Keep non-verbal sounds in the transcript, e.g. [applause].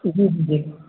[unintelligible]